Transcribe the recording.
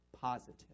positive